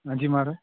अंजी म्हाराज